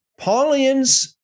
Paulians